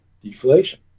deflation